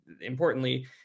importantly